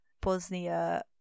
bosnia